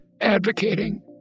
advocating